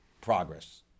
progress